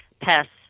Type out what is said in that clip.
pests